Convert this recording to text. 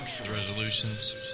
Resolutions